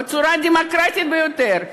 בצורה דמוקרטית ביותר,